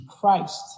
Christ